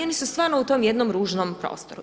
Oni su stvarno u tom jednom ružnom prostoru.